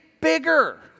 bigger